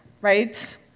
right